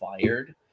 fired